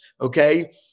okay